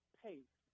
pace